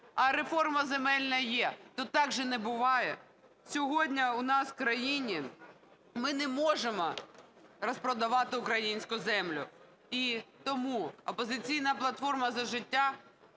а реформа земельна є, то так же не буває! Сьогодні у нас у країні ми не можемо розпродавати українську землю! І тому "Опозиційна платформа – За життя"